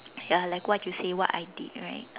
ya like what you say what I did right